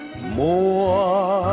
More